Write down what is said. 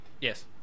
Yes